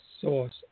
source